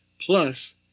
Plus